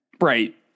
Right